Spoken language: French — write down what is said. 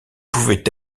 pouvait